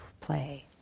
play